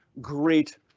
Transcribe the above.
great